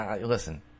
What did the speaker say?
Listen